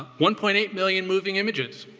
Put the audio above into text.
one point eight million moving images.